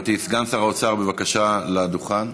סגן שר האוצר, בבקשה, לדוכן.